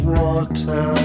water